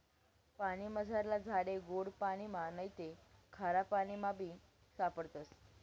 पानीमझारला झाडे गोड पाणिमा नैते खारापाणीमाबी सापडतस